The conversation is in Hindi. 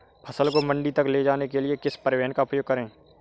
फसल को मंडी तक ले जाने के लिए किस परिवहन का उपयोग करें?